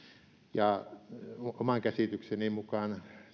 mukana oman käsitykseni mukaan